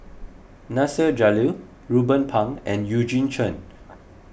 Nasir Jalil Ruben Pang and Eugene Chen